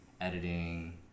editing